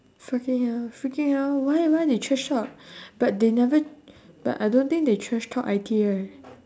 freaking hell freaking hell why why they trash talk but they never but I don't think they trash talk I_T right